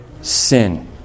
sin